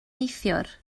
neithiwr